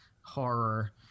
horror